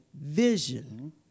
vision